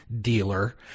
dealer